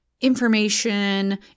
information